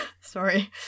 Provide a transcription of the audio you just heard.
Sorry